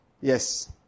Yes